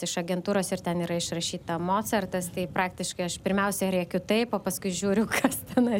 iš agentūros ir ten yra išrašyta mocartas tai praktiškai aš pirmiausiai rėkiu taip o paskui žiūriu kas tenai